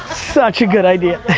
such a good idea.